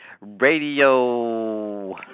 Radio